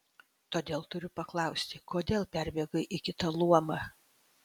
todėl turiu paklausti kodėl perbėgai į kitą luomą